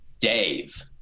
Dave